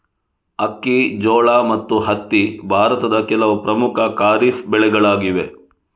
ಅಕ್ಕಿ, ಜೋಳ ಮತ್ತು ಹತ್ತಿ ಭಾರತದ ಕೆಲವು ಪ್ರಮುಖ ಖಾರಿಫ್ ಬೆಳೆಗಳಾಗಿವೆ